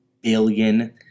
billion